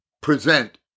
present